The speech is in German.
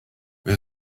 wir